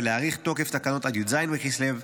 ולהאריך את תוקף התקנות עד י"ז בכסלו תשפ"ה,